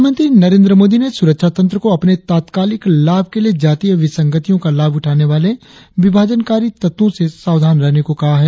प्रधानमंत्री नरेंद्र मोदी ने सुरक्षा तंत्र को अपने तात्कालिक लाभ के लिए जातीय विसंगतियों का लाभ उठाने वाले विभाजनकारी तत्वों से सावधान रहने को कहा है